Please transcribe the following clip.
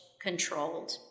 controlled